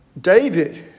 David